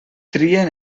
trien